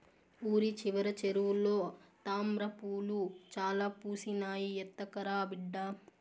ఊరి చివర చెరువులో తామ్రపూలు చాలా పూసినాయి, ఎత్తకరా బిడ్డా